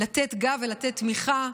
לתת גב ולתת תמיכה,